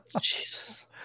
Jesus